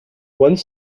one